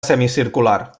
semicircular